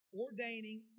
ordaining